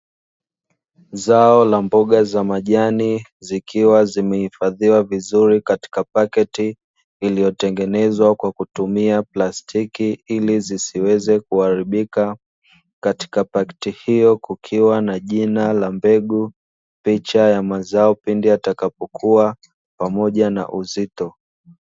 Zao la mboga za majani zikiwa zimehifadhiwa vizuri katika paketi iliyotengenezwa kwa kutumia plastiki, ili zisiweze kuharibika. Katika paketi hiyo kukiwa na jina la mbegu, picha ya mazao pindi yatakapokua, pamoja na uzito.